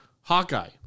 Hawkeye